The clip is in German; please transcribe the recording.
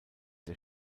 der